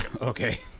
Okay